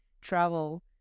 travel